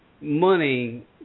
money